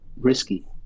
risky